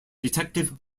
detective